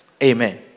amen